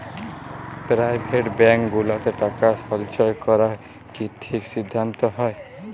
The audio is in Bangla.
পেরাইভেট ব্যাংক গুলাতে টাকা সল্চয় ক্যরা কি ঠিক সিদ্ধাল্ত হ্যয়